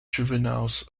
juveniles